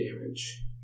damage